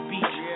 Beach